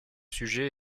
sujet